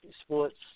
sports